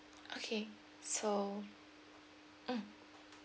okay so mm